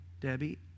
Debbie